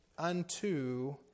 Unto